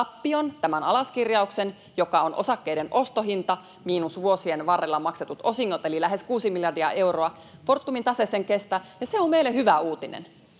tämän alaskirjauksen, joka on osakkeiden ostohinta miinus vuosien varrella maksetut osingot eli lähes 6 miljardia euroa. Fortumin tase sen kestää, ja se on meille hyvä uutinen.